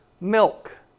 milk